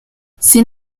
sin